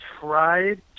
tried